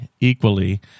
equally